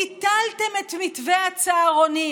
ביטלתם את מתווה הצהרונים.